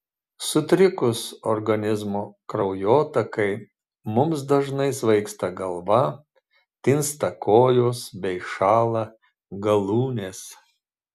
sutrikus organizmo kraujotakai mums dažnai svaigsta galva tinsta kojos bei šąla galūnės